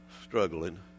struggling